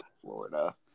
Florida